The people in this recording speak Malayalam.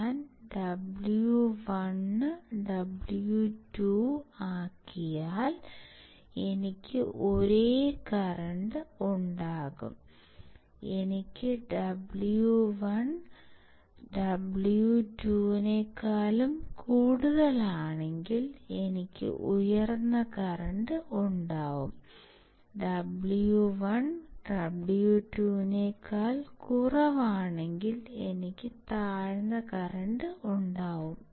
ഞാൻ W1 W2 ആക്കിയാൽ എനിക്ക് ഒരേ കറന്റ് ഉണ്ടാകും എനിക്ക് W1 W2 ഉണ്ടെങ്കിൽ എനിക്ക് ഉയർന്ന കറന്റ് ഉണ്ടാകും എനിക്ക് W1 W2 ഉണ്ടെങ്കിൽ എനിക്ക് താഴ്ന്ന കറന്റ് ഉണ്ടാകും